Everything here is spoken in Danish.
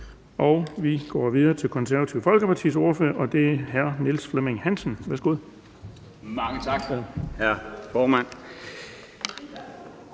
Vi går videre til Det Konservative Folkepartis ordfører, og det er hr. Niels Flemming Hansen. Værsgo. Kl. 16:52 (Ordfører)